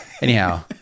Anyhow